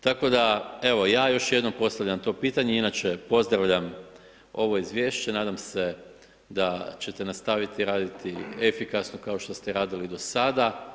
Tako da, evo ja još jednom postavljam to pitanje, inače pozdravljam ovo izvješće, nadam se da ćete nastaviti raditi efikasno kao što ste radili i do sada.